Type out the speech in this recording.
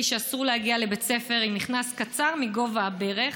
שאסור להגיע לבית הספר עם מכנס קצר מגובה הברך.